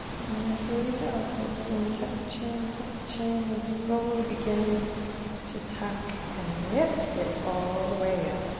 and then here we go, we'll begin to tuck the chin, tuck the chin, and slowly begin to tuck and lift it all the way up.